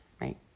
right